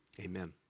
Amen